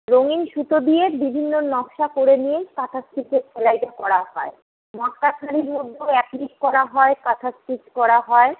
রঙিন সুতো দিয়ে বিভিন্ন নকশা করে নিয়েই কাঁথা স্টিচের সেলাইটা করা হয় মটকা শাড়ির মধ্যেও অ্যাপ্লিক করা হয় কাঁথা স্টিচ করা হয়